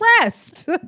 rest